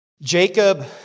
Jacob